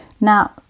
Now